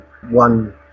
one